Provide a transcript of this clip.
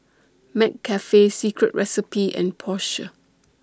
McCafe Secret Recipe and Porsche